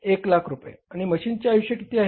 100000 रुपये आणि मशीनचे आयुष्य किती आहे